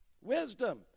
Wisdom